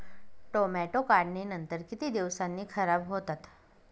Tomato काढणीनंतर किती दिवसांनी खराब होतात?